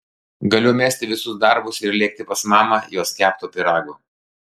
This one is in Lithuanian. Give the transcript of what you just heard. galiu mesti visus darbus ir lėkti pas mamą jos kepto pyrago